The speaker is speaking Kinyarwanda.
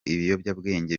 ibiyobyabwenge